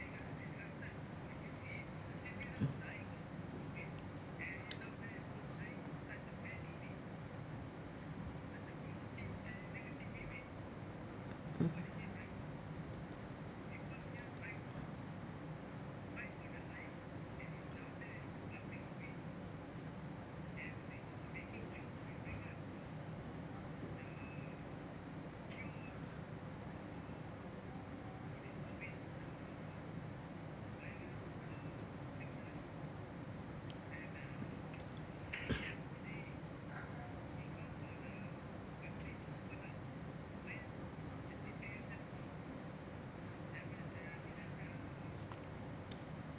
mm